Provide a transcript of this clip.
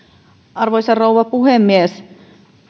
arvoisa rouva puhemies